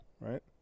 right